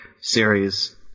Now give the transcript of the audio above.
series